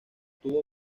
tuvo